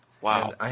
Wow